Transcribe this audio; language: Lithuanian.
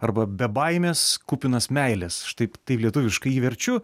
arba be baimės kupinas meilės štai taip lietuviškai jį verčiu